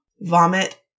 vomit